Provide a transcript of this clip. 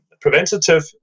preventative